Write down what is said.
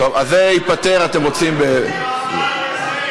זה ייפתר, אתם רוצים, חבר הכנסת